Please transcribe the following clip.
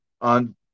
on